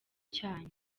cyanyu